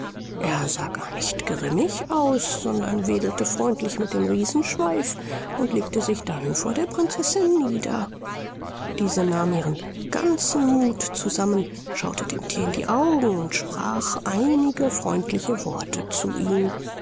er sah gar nicht grimmig aus sondern wedelte freundlich mit dem riesenschweif und legte sich dann vor der prinzessin nieder diese nahm ihren ganzen muth zusammen schaute dem thier in die augen und sprach einige freundliche worte zu ihm